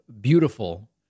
beautiful